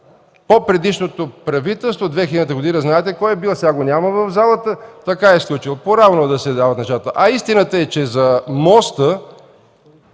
По-предишното правителство 2000 та година знаете кой е бил, сега го няма в залата, така е сключил – по равно да се дават нещата. Истината е, че за моста